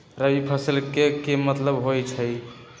रबी फसल के की मतलब होई छई?